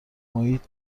محیط